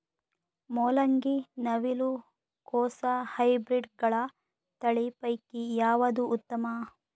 ಮೊಲಂಗಿ, ನವಿಲು ಕೊಸ ಹೈಬ್ರಿಡ್ಗಳ ತಳಿ ಪೈಕಿ ಯಾವದು ಉತ್ತಮ?